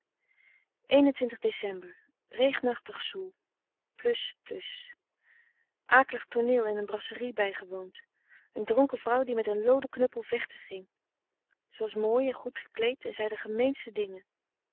dec regenachtig zoel akelig tooneel in een brasserie bijgewoond een dronken vrouw die met een looden knuppel vechten ging ze was mooi en goed gekleed en zei de gemeenste dingen